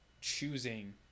choosing